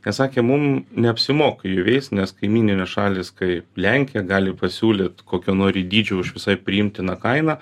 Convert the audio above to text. jie sakė mum neapsimoka jų veist nes kaimyninės šalys kaip lenkija gali pasiūlyt kokio nori dydžio už visai priimtiną kainą